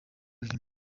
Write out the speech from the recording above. imana